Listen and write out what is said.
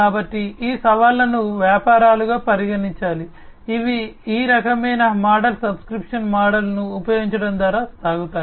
కాబట్టి ఈ సవాళ్లను వ్యాపారాలు పరిగణించాలి ఇవి ఈ రకమైన మోడల్ సబ్స్క్రిప్షన్ మోడల్ను ఉపయోగించడం ద్వారా సాగుతాయి